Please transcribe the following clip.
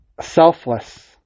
selfless